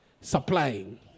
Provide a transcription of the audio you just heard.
supplying